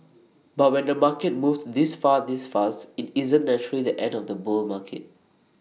but when the market moves this far this fast IT isn't naturally the end of the bull market